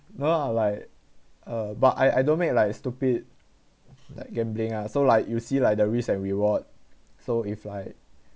no lah like uh but I I don't make like stupid like gambling ah so like you see like the risk and reward so if like